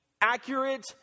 accurate